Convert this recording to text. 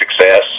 success